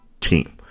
team